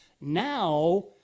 Now